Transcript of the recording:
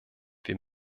wir